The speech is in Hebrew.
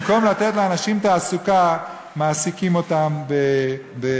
במקום לתת לאנשים תעסוקה, מעסיקים אותם בטרטורים.